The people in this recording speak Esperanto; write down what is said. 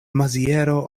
maziero